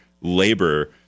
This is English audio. labor